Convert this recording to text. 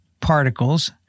particles